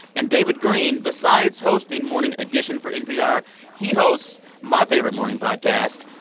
and david greene, besides hosting morning edition for npr he hosts my favorite morning podcast,